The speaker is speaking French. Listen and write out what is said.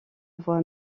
voie